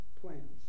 plans